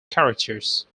characters